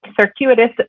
circuitous